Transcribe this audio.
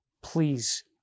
please